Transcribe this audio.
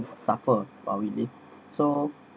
suffer but we live so